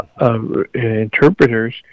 interpreters